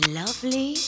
lovely